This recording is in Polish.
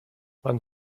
pan